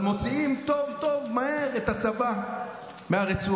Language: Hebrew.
אבל מוציאים טוב טוב ומהר את הצבא מהרצועה.